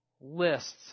lists